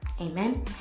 amen